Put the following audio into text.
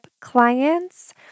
clients